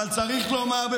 אבל צריך לומר,